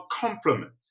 complement